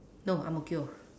no ang-mo-kio